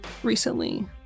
recently